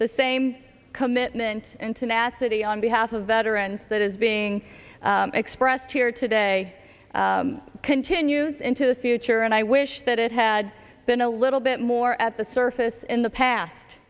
the same commitment and tenacity on behalf of veteran that is being expressed here today continues into the future and i wish that it had been a little bit more at the surface in the past